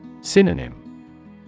Synonym